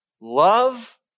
Love